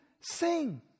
sing